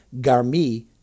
Garmi